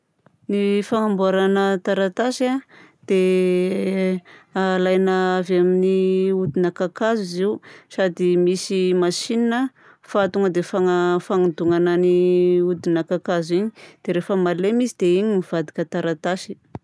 Ny fagnamboarana taratasy a dia alaina avy amin'ny hodina kakazo izy io sady misy masinina fa tonga dia fagna fagnodonana hodina kakazo iny dia rehefa malemy izy dia iny mivadika taratasy.